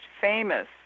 famous